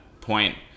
point